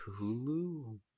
Hulu